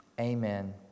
Amen